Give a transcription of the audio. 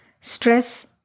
Stress